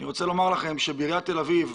אני רוצה לומר לכם שבעיריית תל אביב,